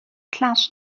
class